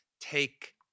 take